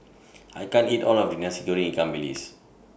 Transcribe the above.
I can't eat All of This Nasi Goreng Ikan Bilis